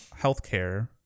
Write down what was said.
healthcare